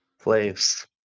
place